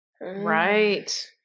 Right